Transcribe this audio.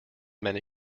many